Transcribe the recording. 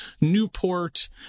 Newport